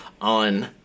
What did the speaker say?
on